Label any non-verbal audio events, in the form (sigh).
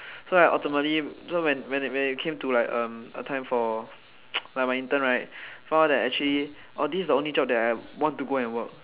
so I ultimately so when when it when it came to like um a time for (noise) like my intern right I found out that actually like this is the only job that like I want to go and work